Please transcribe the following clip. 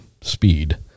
speed